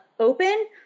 open